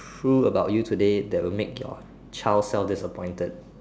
true about you today that will make your child self disappointed